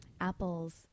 Apple's